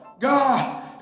God